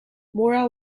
mora